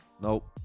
nope